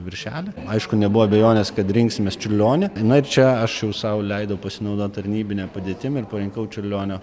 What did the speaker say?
viršelį aišku nebuvo abejonės kad rinksimės čiurlionį na ir čia aš jau sau leidau pasinaudot tarnybin padėtim ir parinkau čiurlionio